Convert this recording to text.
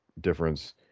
difference